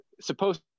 supposed